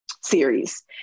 series